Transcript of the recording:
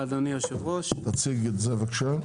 תציג את זה בבקשה.